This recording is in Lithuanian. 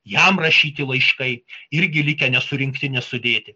jam rašyti laiškai irgi likę nesurinkti nesudėti